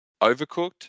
Overcooked